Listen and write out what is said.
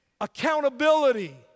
accountability